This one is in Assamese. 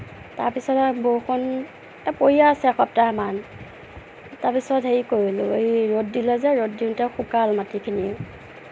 তাৰপিছত আৰু বৰষুণতো পৰিয়ে আছে এসপ্তাহমান তাৰপিছত হেৰি কৰিলোঁ এই ৰ'দ দিলে যে ৰ'দ দিওতে শুকাল মাটিখিনি